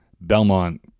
Belmont